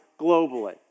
globally